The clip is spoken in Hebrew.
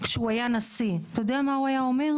כשהוא היה נשיא, אתה יודע מה הוא היה אומר?